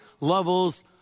levels